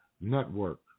Network